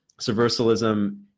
subversalism